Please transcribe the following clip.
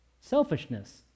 Selfishness